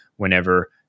Whenever